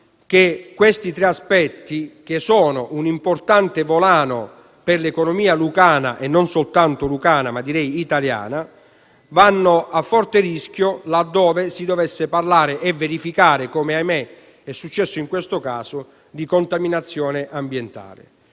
che questi tre aspetti, che sono un importante volano per l'economia lucana (e non soltanto lucana, direi italiana), vanno a forte rischio laddove si dovesse parlare e verificare, come ahimè è accaduto in questo caso, di contaminazione ambientale.